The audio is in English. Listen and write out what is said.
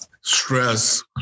stress